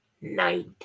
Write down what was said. Night